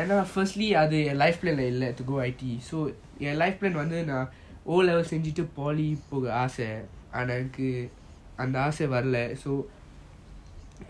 என்ன:enna firstly அது ஏன்:athu yean life plan lah இல்ல:illa go I_T_E ஏன்:yean life plan வந்து:vanthu O levels செஞ்சிட்டு:senjitu poly போக ஆச ஆனா என்னக்கு அந்த ஆச வரல:poga aasa aana ennaku antha aasa varala so